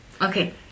Okay